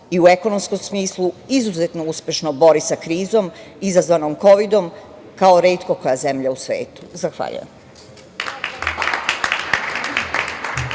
i u ekonomskom smislu, izuzetno uspešno bori sa krizom izazvanom Kovidom, kao retko koja zemlja u svetu. Zahvaljujem.